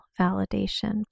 validation